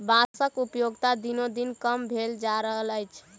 बाँसक उपयोगिता दिनोदिन कम भेल जा रहल अछि